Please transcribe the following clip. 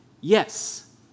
Yes